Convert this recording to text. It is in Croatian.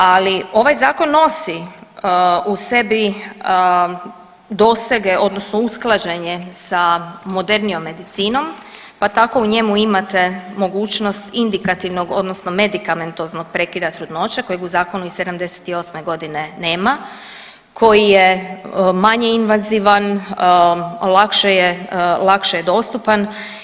Ali ovaj zakon nosi u sebi dosege odnosno usklađenje sa modernijom medicinom pa tako u njemu imate mogućnost indikativnog odnosno medikamentoznog prekida trudnoće kojeg u zakonu iz '78. nema koji je manje invazivan, lakše je dostupan.